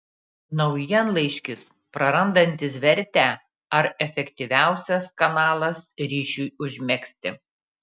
naujienlaiškis prarandantis vertę ar efektyviausias kanalas ryšiui užmegzti